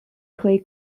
clay